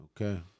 Okay